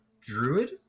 druid